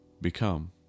become